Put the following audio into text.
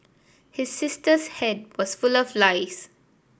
his sister's head was full of lice